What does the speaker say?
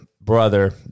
brother